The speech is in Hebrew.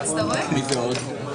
מוכן בכלל.